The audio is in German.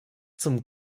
zum